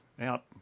out